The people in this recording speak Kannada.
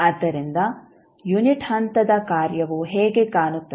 ಆದ್ದರಿಂದ ಯುನಿಟ್ ಹಂತದ ಕಾರ್ಯವು ಹೇಗೆ ಕಾಣುತ್ತದೆ